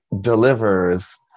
delivers